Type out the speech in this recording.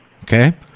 okay